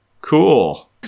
cool